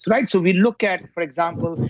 right? so we look at for example,